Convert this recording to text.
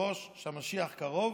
היושבת-ראש שהמשיח קרוב,